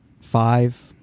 five